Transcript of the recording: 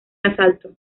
asalto